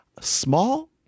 small